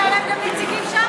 שהיו גם להם נציגים שם,